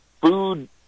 food